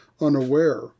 unaware